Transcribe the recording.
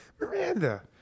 Miranda